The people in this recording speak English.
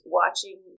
watching